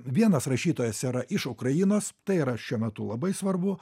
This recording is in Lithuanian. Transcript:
vienas rašytojas yra iš ukrainos tai yra šiuo metu labai svarbu